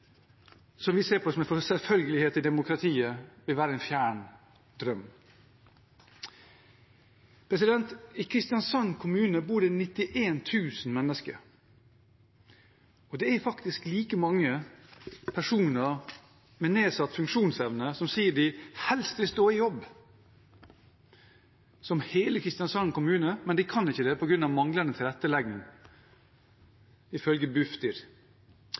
som vi ser på som en selvfølge i demokratiet, vil være en fjern drøm. I Kristiansand kommune bor det 91 000 mennesker. Det er faktisk like mange personer med nedsatt funksjonsevne som sier de helst vil stå i jobb, som i hele Kristiansand kommune, men det kan de ikke på grunn av manglende tilrettelegging, ifølge Bufdir.